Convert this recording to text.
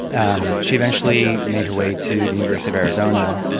um she eventually made her way to the university of arizona,